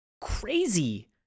crazy